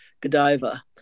godiva